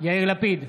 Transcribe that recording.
יאיר לפיד,